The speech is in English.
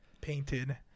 Painted